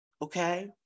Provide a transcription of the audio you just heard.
Okay